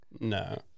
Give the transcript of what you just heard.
No